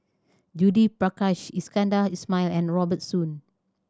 Judith Prakash Iskandar Ismail and Robert Soon